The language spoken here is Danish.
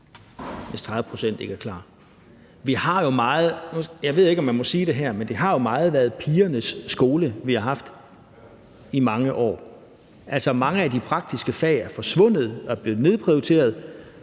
hvis 30 pct. ikke er klar. Jeg ved ikke, om man må sige det her, men det har jo meget været pigernes skole, vi har haft i mange år; altså, mange af de praktiske fag er forsvundet og er blevet nedprioriteret,